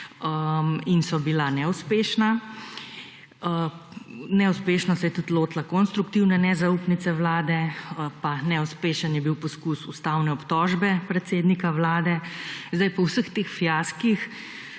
in so bila neuspešna, neuspešno se je tudi lotila konstruktivne nezaupnice vlade, pa neuspešen je bil poskus ustavne obtožbe predsednika vlade. Zdaj po vseh teh fiaskih